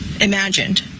imagined